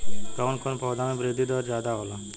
कवन कवने पौधा में वृद्धि दर ज्यादा होला?